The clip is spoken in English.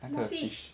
那个 fish